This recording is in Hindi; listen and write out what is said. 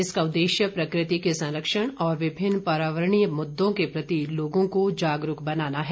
इसका उद्देश्य प्रकृति के संरक्षण और विभिन्न पर्यावरणीय मुद्दों के प्रति लोगों को जागरूक बनाना है